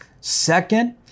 Second